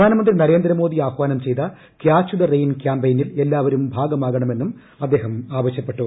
പ്രധാനമന്ത്രി നരേന്ദ്ര മോദി ആഹ്വാനം ചെയ്ത കാച്ച് ദ റെയ്ൻ ക്യാമ്പെയിനിൽ എല്ലാവരും ഭാഗമാകണമെന്നും അദ്ദേഹം ആവശ്യപ്പെട്ടു